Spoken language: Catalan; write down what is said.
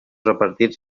repartits